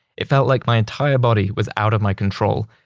it felt like my entire body was out of my control.